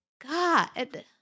God